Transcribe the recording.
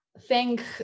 Thank